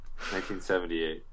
1978